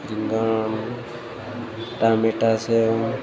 રીંગણ ટામેટાં છે એમ